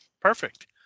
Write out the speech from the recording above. Perfect